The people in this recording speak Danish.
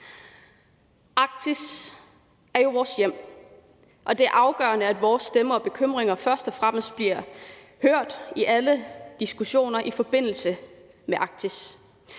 Arktis er jo vores hjem, og det er afgørende, at vores stemme og bekymringer først og fremmest bliver hørt i alle diskussioner i forbindelse med Arktis.